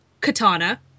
Katana